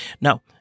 Now